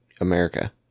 America